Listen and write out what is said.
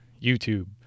YouTube